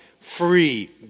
free